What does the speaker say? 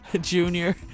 Junior